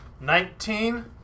Nineteen